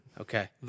Okay